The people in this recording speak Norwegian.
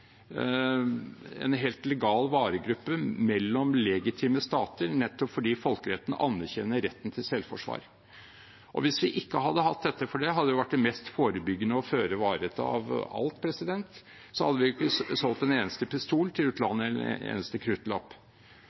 legal varegruppe mellom legitime stater, nettopp fordi folkeretten anerkjenner retten til selvforsvar. Hvis vi ikke hadde hatt dette – for det hadde vært det mest forebyggende og føre-var-ete av alt – hadde vi ikke solgt en eneste pistol til utlandet, eller en eneste kruttlapp.